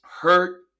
hurt